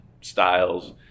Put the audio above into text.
styles